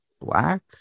black